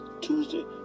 Tuesday